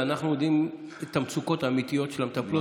ואנחנו יודעים את המצוקות האמיתיות של המטפלות.